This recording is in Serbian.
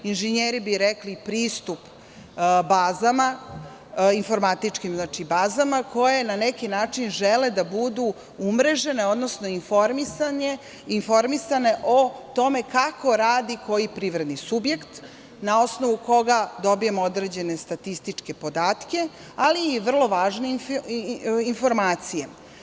Inženjeri bi rekli pristup bazama, informatičkim bazama koje na neki način žele da budu umrežene, odnosno informisane o tome kako radi koji privredni subjekt, a na osnovu koga dobijamo određene statističke podatke, ali i vrlo važne informacije.